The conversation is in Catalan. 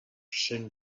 cent